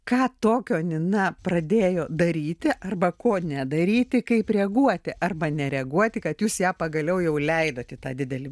ką tokio nina pradėjo daryti arba ko nedaryti kaip reaguoti arba nereaguoti kad jūs ją pagaliau jau leidot į tą didelį